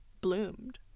bloomed